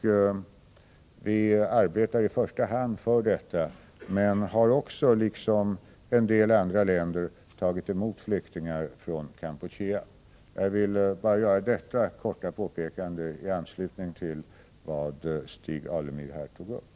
Vi arbetar i första hand för detta men har också, liksom en del andra länder, tagit emot flyktingar från Kampuchea. Jag ville bara göra detta korta påpekande i anslutning till vad Stig Alemyr här tog upp.